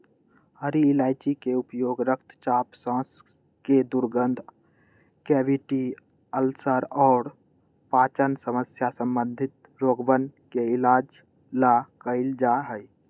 हरी इलायची के उपयोग रक्तचाप, सांस के दुर्गंध, कैविटी, अल्सर और पाचन समस्या संबंधी रोगवन के इलाज ला कइल जा हई